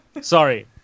Sorry